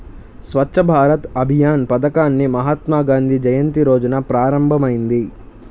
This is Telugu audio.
స్వచ్ఛ్ భారత్ అభియాన్ పథకాన్ని మహాత్మాగాంధీ జయంతి రోజున ప్రారంభమైంది